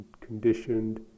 conditioned